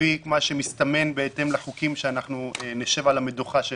לפי מה שמסתמן בהתאם לחוקים שנשב בהם על המדוכה.